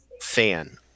fan